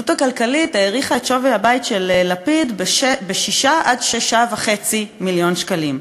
העיתונות הכלכלית העריכה את שווי הבית של לפיד ב-6 6.5 מיליון שקלים.